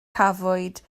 cafwyd